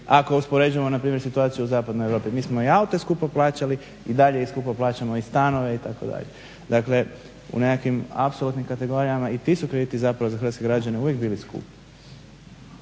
ako uspoređujemo na primjer situaciju u zapadnoj Europi. Mi smo i aute skupo plaćali i dalje ih skupo plaćamo i stanove itd. Dakle, u nekakvim apsolutnim kategorijama i ti su krediti zapravo za hrvatske građane uvijek bili skupi.